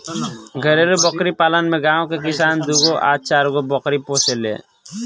घरेलु बकरी पालन में गांव के किसान दूगो आ चारगो बकरी पोसेले